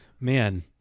Man